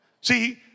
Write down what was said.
See